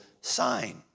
sign